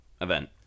Event